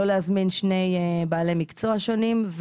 לא להזמין שני בעלי מקצוע שונים,